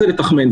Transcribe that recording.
זה לתחמן,